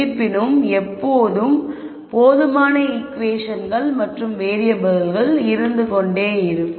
இருப்பினும் எப்போதும் போதுமான ஈகுவேஷன்கள் மற்றும் வேறியபிள்கள் இருந்து கொண்டே இருக்கும்